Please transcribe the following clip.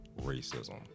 racism